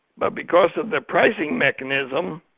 but because of the pricing mechanism,